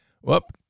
Whoop